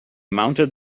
mounted